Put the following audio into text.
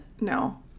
no